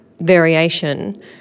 variation